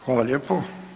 Hvala lijepo.